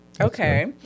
okay